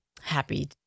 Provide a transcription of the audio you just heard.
Happy